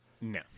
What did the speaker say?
no